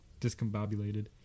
discombobulated